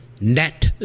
net